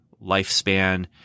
lifespan